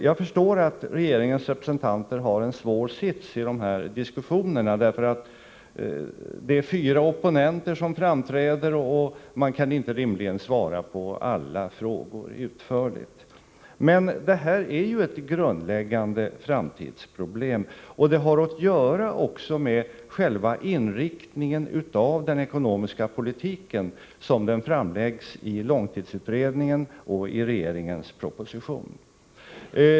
Jag förstår att regeringens representanter har en svår sits i de här diskussionerna, därför att det är fyra opponenter som framträder och man kan inte rimligen svara på alla frågor utförligt. Men här handlar det om ett grundläggande framtidsproblem, som har att göra med själva inriktningen av den ekonomiska politiken som den framläggs i långtidsutredningen och i regeringens proposition.